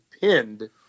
pinned